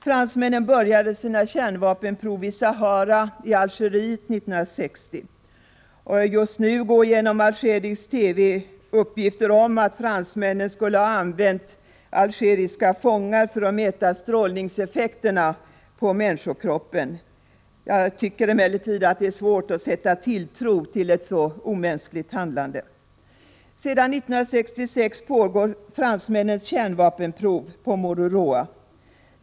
Fransmännen började med dessa prov i Sahara i Algeriet år 1960. Just nu lämnar man i algerisk TV uppgifter om att fransmännen skulle ha använt algeriska fångar för att mäta strålningseffekterna på människokroppen. Det är svårt att sätta tilltro till ett så omänskligt handlande. Sedan 1966 pågår fransmännens kärnvapenprov på Mururoa.